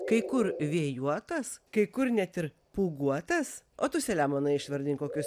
kai kur vėjuotas kai kur net ir pūguotas o tu saliamonai išvardink kokius